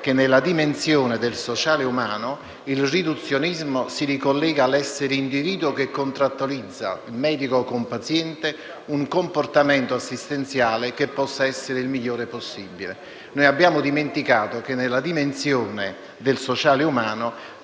che nella dimensione del sociale umano il riduzionismo si ricollega all'essere individuo che contrattualizza, medico con paziente, un comportamento assistenziale che possa essere il migliore possibile. Noi abbiamo dimenticato che nella dimensione del sociale umano